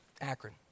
Akron